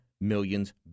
millions